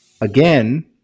again